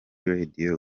radio